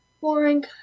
Boring